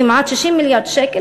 כמעט 60 מיליארד שקל,